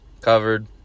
covered